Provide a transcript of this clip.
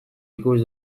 ikus